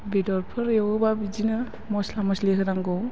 बेदरफोर एवोबा बिदिनो मस्ला मस्लि होनांगौ